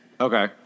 Okay